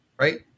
right